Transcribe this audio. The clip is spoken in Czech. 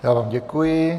Já vám děkuji.